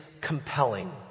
compelling